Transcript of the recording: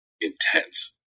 intense